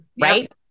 Right